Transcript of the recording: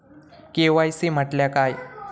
KYC म्हटल्या काय?